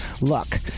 look